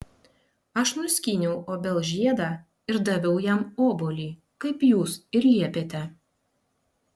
aš nuskyniau obels žiedą ir daviau jam obuolį kaip jūs ir liepėte